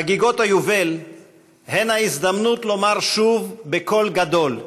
חגיגות היובל הן ההזדמנות לומר שוב, בקול גדול: